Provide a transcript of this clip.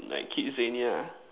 like kidzania ah